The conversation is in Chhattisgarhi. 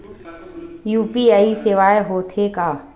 यू.पी.आई सेवाएं हो थे का?